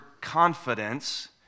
confidence